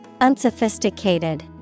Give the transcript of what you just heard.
unsophisticated